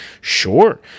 Sure